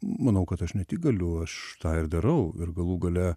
manau kad aš ne tik galiu aš tą ir darau ir galų gale